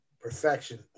Perfection